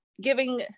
giving